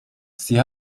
sie